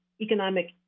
economic